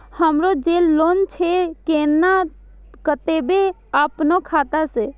हमरो जे लोन छे केना कटेबे अपनो खाता से?